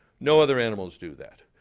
no other animals do that.